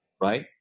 right